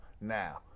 Now